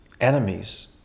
enemies